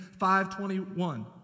5.21